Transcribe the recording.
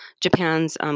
Japan's